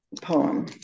poem